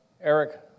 Eric